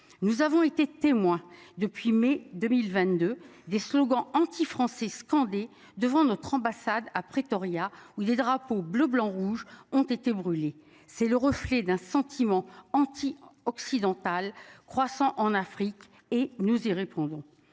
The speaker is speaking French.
nous avons été témoins depuis mai 2022. Des slogans antifrançais. Scandé devant notre ambassade à Pretoria où il les drapeaux bleu-blanc-rouge. Ont été brûlés. C'est le reflet d'un sentiment anti-occidental croissant en Afrique et nous y répondrons